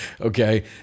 okay